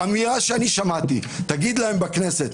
האמירה שאני שמעתי: תגיד להם בכנסת,